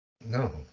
No